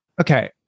okay